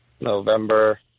November